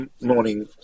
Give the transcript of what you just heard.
Morning